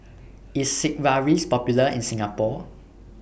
IS Sigvaris Popular in Singapore